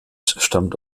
stammt